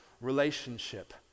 relationship